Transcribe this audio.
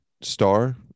star